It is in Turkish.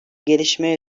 gelişme